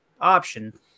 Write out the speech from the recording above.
option